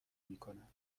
میکند